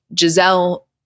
Giselle